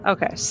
Okay